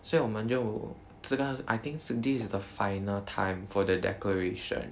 所以我们就这个 I think this is the final time for the declaration